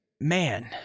man